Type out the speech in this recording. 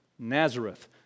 Nazareth